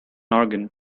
organ